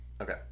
Okay